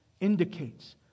indicates